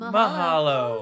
Mahalo